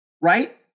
right